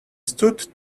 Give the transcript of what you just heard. stood